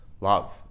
love